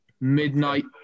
Midnight